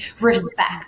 respect